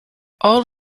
all